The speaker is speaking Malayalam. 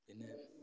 പിന്നെ